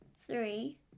three